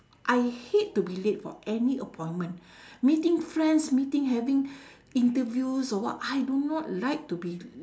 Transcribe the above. I hate to be late for any appointment meeting friends meeting having interviews or what I do not like to be